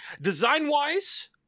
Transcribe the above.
Design-wise